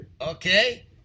Okay